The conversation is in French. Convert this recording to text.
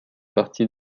partie